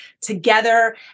together